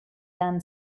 than